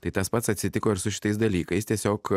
tai tas pats atsitiko ir su šitais dalykais tiesiog